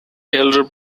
elder